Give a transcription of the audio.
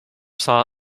saw